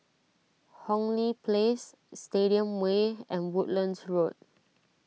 Hong Lee Place Stadium Way and Woodlands Road